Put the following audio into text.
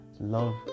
Love